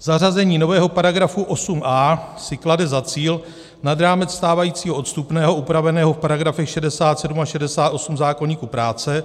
Zařazení nového § 8a si klade za cíl nad rámec stávajícího odstupného upraveného v § 67 a 68 zákoníku práce